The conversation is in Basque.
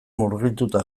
murgilduta